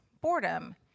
boredom